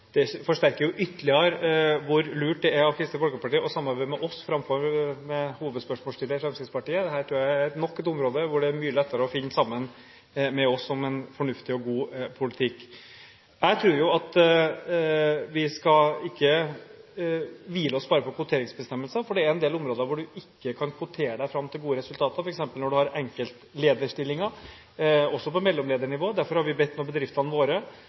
Det forsterker ytterligere hvor lurt det er av Kristelig Folkeparti å samarbeide med oss framfor med hovedspørsmålsstiller Fremskrittspartiet. Dette tror jeg er nok et område hvor det er mye lettere å finne sammen med oss om en fornuftig og god politikk. Jeg tror at vi ikke bare skal hvile oss på kvoteringsbestemmelsene, for det er en del områder hvor du ikke kan kvotere deg fram til gode resultater, f.eks. når du har enkeltlederstillinger – også på mellomledernivå. Derfor har vi nå bedt bedriftene våre